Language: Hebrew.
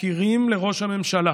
מכירים לראש הממשלה